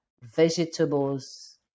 vegetables